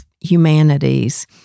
humanities